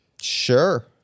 Sure